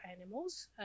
animals